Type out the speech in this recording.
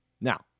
Now